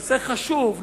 נושא חשוב,